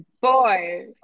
boy